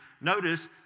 notice